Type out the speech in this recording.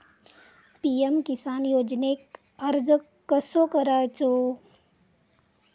PM Kisan योजनेक अर्ज कसो करायचो?